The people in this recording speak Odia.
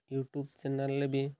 ୟୁଟ୍ୟୁବ୍ ଚ୍ୟାନେଲ୍ରେ ବି